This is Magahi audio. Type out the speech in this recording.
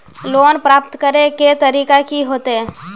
लोन प्राप्त करे के तरीका की होते?